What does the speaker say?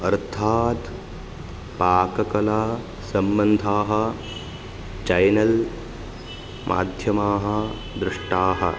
अर्थात् पाककलासम्बन्धाः चैनल् माध्यमाः दृष्टाः